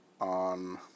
On